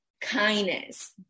Kindness